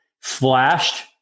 flashed